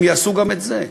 הם יעשו גם את זה.